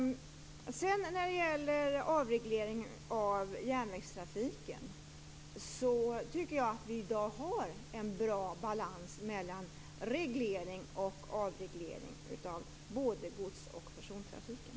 När det gäller avreglering av järnvägstrafiken tycker jag att vi i dag har en bra balans mellan reglering och avreglering av både gods och persontrafiken.